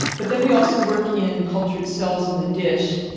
but then we also work in cultured cells in the dish.